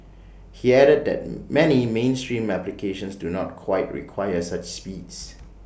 he added that many mainstream applications do not quite require such speeds